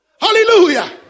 Hallelujah